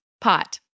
pot